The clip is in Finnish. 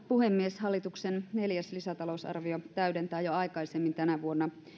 puhemies hallituksen neljäs lisätalousarvio täydentää jo aikaisemmin tänä vuonna